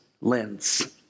lens